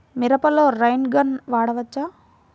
మిరపలో rain gun వాడవచ్చా?